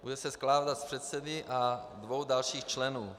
Bude se skládat z předsedy a dvou dalších členů.